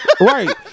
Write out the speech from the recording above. Right